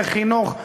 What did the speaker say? על חינוך,